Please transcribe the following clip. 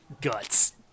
guts